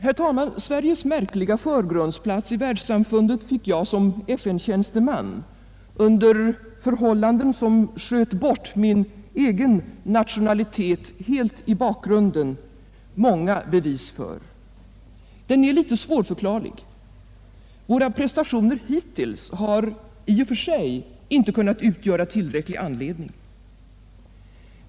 Herr talman! Sveriges märkliga förgrundsplats i världssamfundet fick jag som FN-tjänsteman, under förhållanden som sköt min egen nationalitet helt i bakgrunden, många bevis för. Den är litet svårförklarlig. Våra prestationer hittills har i och för sig inte kunnat utgöra tillräcklig anledning.